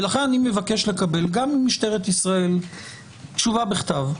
ולכן אני מבקש לקבל גם ממשטרת ישראל תשובה בכתב,